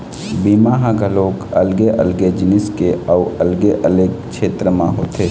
बीमा ह घलोक अलगे अलगे जिनिस के अउ अलगे अलगे छेत्र म होथे